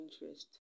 interest